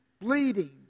bleeding